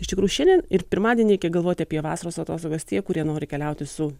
iš tikrų šiandien ir pirmadienį reikia galvoti apie vasaros atostogas tie kurie nori keliauti su